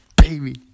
baby